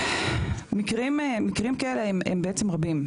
מקרים כאלה הם בעצם רבים,